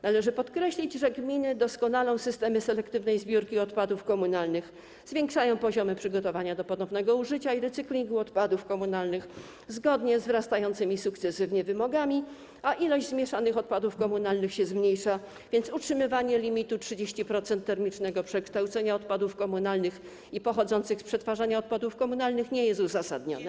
Należy podkreślić, że gminy doskonalą systemy selektywnej zbiórki odpadów komunalnych, zwiększają poziomy przygotowania do ponownego użycia i recyklingu odpadów komunalnych zgodnie z wzrastającymi sukcesywnie wymogami, a ilość zmieszanych odpadów komunalnych się zmniejsza, więc utrzymywanie limitu 30% termicznego przekształcenia odpadów komunalnych i pochodzących z przetwarzania odpadów komunalnych nie jest uzasadnione.